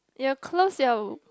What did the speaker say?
you will close your